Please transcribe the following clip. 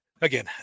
Again